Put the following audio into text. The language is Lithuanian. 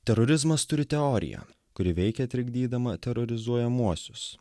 terorizmas turi teoriją kuri veikia trikdydama terorizuojamuosius